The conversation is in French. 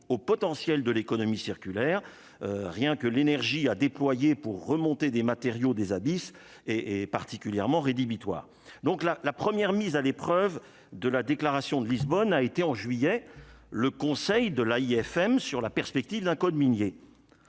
au potentiel de l'économie circulaire, rien que l'énergie à déployer pour remonter des matériaux, des abysses et et particulièrement rédhibitoire, donc la la première mise à l'épreuve de la déclaration de Lisbonne a été, en juillet, le Conseil de la IFM, sur la perspective d'un code minier